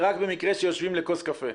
זה רק במקרה שיושבים לכוס קפה.